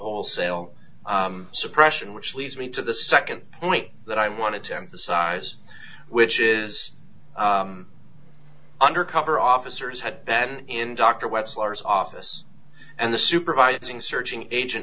wholesale suppression which leads me to the nd point that i wanted to emphasize which is undercover officers had been in dr office and the supervising searching agent